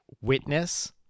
Witness